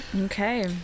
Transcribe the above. Okay